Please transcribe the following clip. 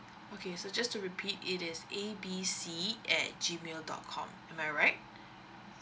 okay so just to repeat it is A B C at G mail dot com am I right